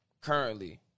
currently